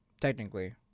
technically